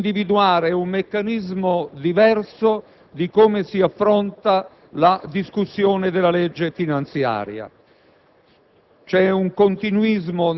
al fine di individuare un meccanismo diverso per affrontare la discussione della legge finanziaria.